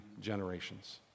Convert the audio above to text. generations